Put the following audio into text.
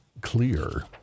clear